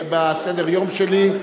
בסדר-היום שלי.